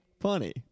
funny